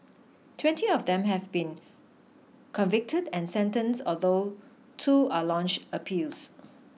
twenty of them have been convicted and sentenced although two are launched appeals